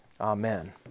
Amen